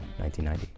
1990